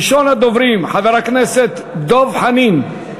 ראשון הדוברים, חבר הכנסת דב חנין,